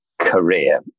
career